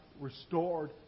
restored